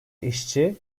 işçi